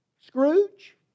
Scrooge